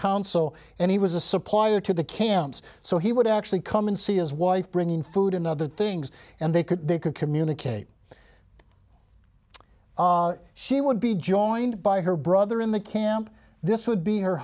council and he was a supplier to the camps so he would actually come and see his wife bringing food and other things and they could they could communicate she would be joined by her brother in the camp this would be her